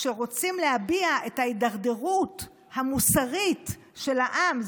כשרוצים להביע את ההידרדרות המוסרית של העם,